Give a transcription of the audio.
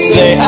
Say